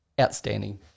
outstanding